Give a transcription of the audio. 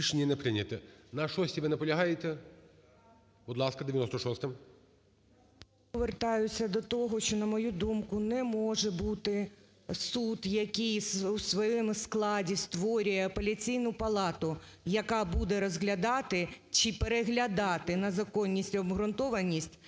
не прийнято. На шостій ви наполягаєте? Будь ласка, 196-а. 14:03:29 ЮЗЬКОВА Т.Л. Я повертаюся до того, що на мою думку, не може бути суд, який у своєму складі створює апеляційну палату, яка буде розглядати чи переглядати на законність і обґрунтованість